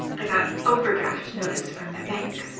i got an overdraft notice from my bank.